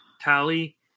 Tally